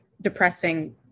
depressing